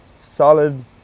solid